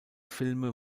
filme